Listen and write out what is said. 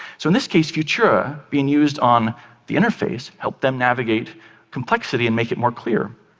so in this case, futura being used on the interface helped them navigate complexity and make it more clear.